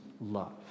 love